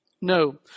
No